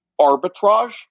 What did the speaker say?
arbitrage